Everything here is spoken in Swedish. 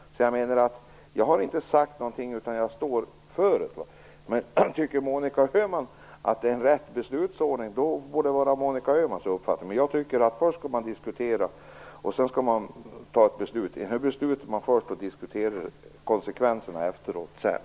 Så jag står för vad jag har sagt. Tycker Monica Öhman att det är en riktig beslutsordning så får det vara hennes uppfattning. Men jag tycker att man först skall diskutera och sedan fatta beslut. Nu beslutar man först och diskuterar konsekvenserna sedan.